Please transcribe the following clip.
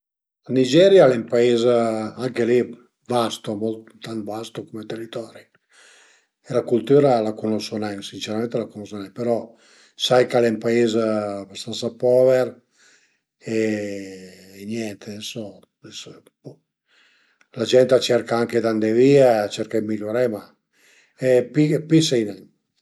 Ma ün sport che riesu ne riesu nen a fe a i n'a ie diversi, a i n'a ie diversi però ün ën particular a pudrìa ese giöghi a boce, boce giögu però a volte giögu cun i amis però sun nen ün fenomeno però i auti sport a van bin